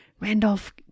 Randolph